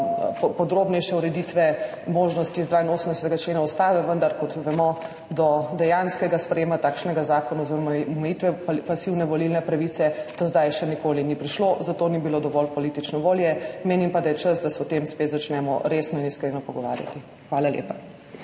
podrobnejše ureditve možnosti iz 82. člena Ustave. Vendar, kot vemo, do dejanskega sprejema takšnega zakona oziroma omejitve pasivne volilne pravice do zdaj še nikoli ni prišlo, za to ni bilo dovolj politične volje. Menim pa, da je čas, da se o tem spet začnemo resno in iskreno pogovarjati. Hvala lepa.